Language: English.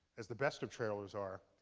as the best of trailers are,